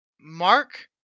Mark